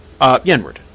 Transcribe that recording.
Yenward